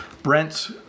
Brent